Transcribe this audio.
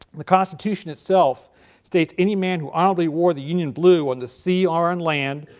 the constitution itself states any man who honorably wore the union blue on the sea or on land,